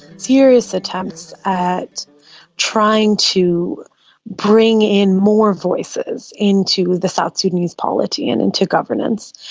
serious attempts at trying to bring in more voices into the south sudanese polity and into governance.